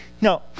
No